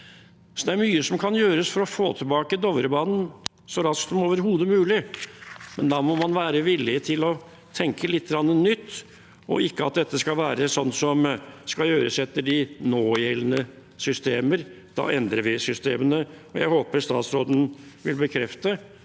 Det er mye som kan gjøres for å få tilbake Dovrebanen så raskt som overhodet mulig, men da må man være villig til å tenke litt nytt, og ikke at dette er slikt som skal gjøres etter de någjeldende systemer. Da endrer vi systemene. Jeg håper statsråden vil bekrefte